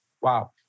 Wow